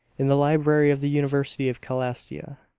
in the library of the university of calastia.